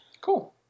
Cool